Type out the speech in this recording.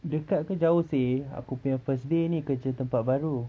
dekat ke jauh seh aku punya first day ni kerja tempat baru